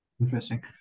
Interesting